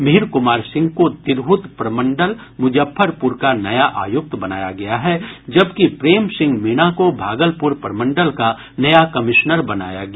मिहिर कुमार सिंह को तिरहुत प्रमंडल मुजफ्फरपुर का नया आयुक्त बनाया गया है जबकि प्रेम सिंह मीणा को भागलपुर प्रमंडल का नया कमिश्नर बनाया गया